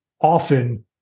often